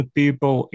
people